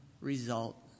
result